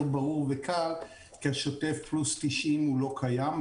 ברור וקל כי השוטף פלוס 90 לא קיים,